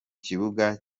kibuga